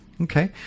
Okay